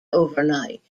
overnight